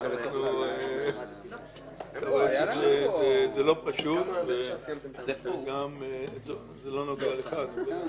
אדוני, זה לא סיפור עמדות כאן עכשיו.